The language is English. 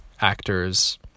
actors